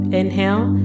inhale